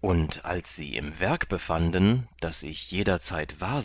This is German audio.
und als sie im werk befanden daß ich jederzeit wahr